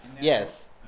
Yes